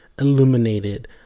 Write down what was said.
illuminated